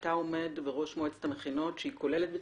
אתה עומד בראש מועצת המכינות שהיא כוללת את